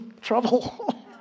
trouble